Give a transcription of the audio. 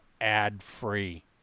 ad-free